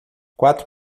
quatro